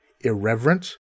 irreverent